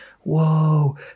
whoa